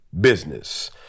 business